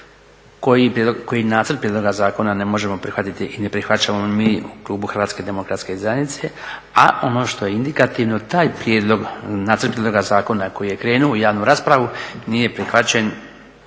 koji nacrt prijedloga zakona ne možemo prihvatiti i ne prihvaćamo mi u klubu HDZ-a. A ono što je indikativno taj prijedlog nacrta prijedloga zakona koji je krenuo u javnu raspravu nije prihvaćen